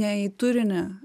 ne į turinį